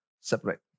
separate